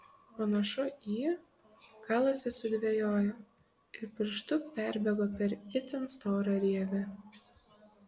panašu į kalasi sudvejojo ir pirštu perbėgo per itin storą rievę